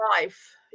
life